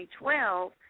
2012